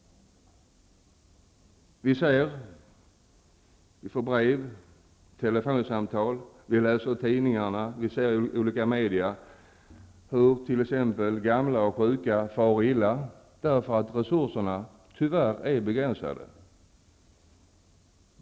Vi får brev och telefonsamtal, vi läser i tidningarna, vi ser i olika media och vi ser själva hur t.ex. gamla och sjuka far illa därför att resurserna tyvärr är begränsade.